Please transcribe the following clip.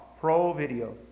Pro-video